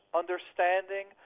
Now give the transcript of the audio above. understanding